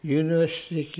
university